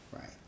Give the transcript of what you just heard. Right